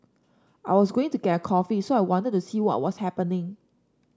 I was going to get a coffee so I wanted to see what was happening